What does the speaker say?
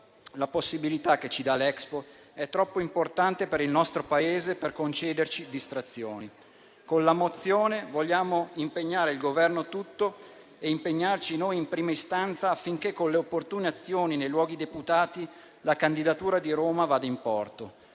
la possibilità che ci dà l'Expo è troppo importante per il nostro Paese per concederci distrazioni. Con la mozione n. 54 vogliamo impegnare il Governo tutto e impegnarci noi in prima istanza affinché, con le opportune azioni nei luoghi deputati, la candidatura di Roma vada in porto.